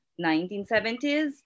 1970s